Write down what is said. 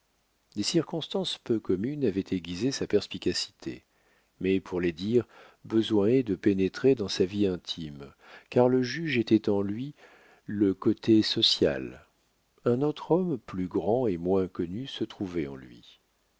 des circonstances peu communes avaient aiguisé sa perspicacité mais pour les dire besoin est de pénétrer dans sa vie intime car le juge était en lui le côté social un autre homme plus grand et moins connu se trouvait en lui